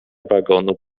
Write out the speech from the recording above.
wagonu